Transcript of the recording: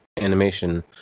animation